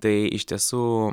tai iš tiesų